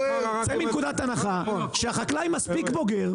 צא מנקודת הנחה שהחקלאי מספיק בוגר